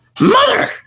mother